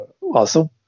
awesome